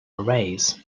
arrays